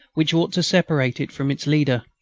which ought to separate it from its leader.